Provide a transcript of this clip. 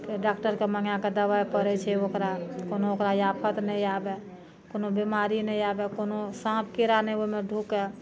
ओ doctor के मङ्गए कऽ दबाइ पड़ै छै ओकरा कोनो ओकरा आफत नहि आबए कोनो बिमारी नहि आबए कोनो साँप कीड़ा नहि ओहिमे ढुकए